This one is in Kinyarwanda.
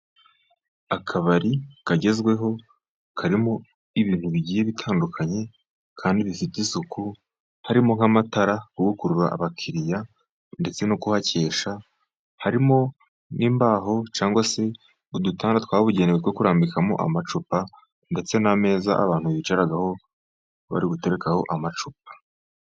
Akabari kagezweho karimo ibintu bigiye bitandukanye, kandi bifite isuku, harimo nk'amatara yo gukurura abakiriya, ndetse no kuhakesha. Harimo n'imbaho cyangwa se udutanda twabugenewe, two kurambikamo amacupa, ndetse n'ameza abantu bicaraho bari guterekaho amacupa.